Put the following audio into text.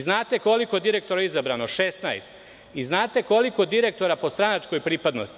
Znate, koliko je direktora izabrano, 16, i znate koliko direktora po stranačkoj pripadnosti?